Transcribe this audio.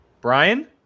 Brian